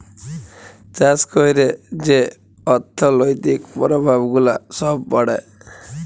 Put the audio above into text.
চাষ ক্যইরে যে অথ্থলৈতিক পরভাব গুলা ছব পড়ে